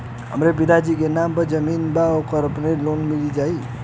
हमरे पिता जी के नाम पर जमीन बा त ओपर हमके लोन मिल जाई?